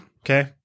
Okay